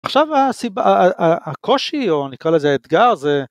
עכשיו הסיבה, הקושי או נקרא לזה האתגר זה.